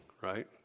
right